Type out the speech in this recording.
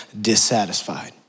dissatisfied